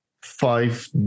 five